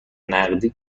نقدی